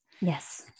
Yes